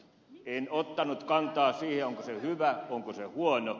en ottanut kantaa siihen onko se hyvä onko se huono